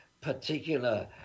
particular